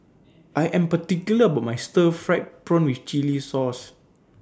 I Am particular about My Stir Fried Prawn with Chili Sauce